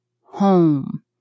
home